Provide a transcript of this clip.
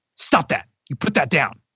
stop that! you put that down!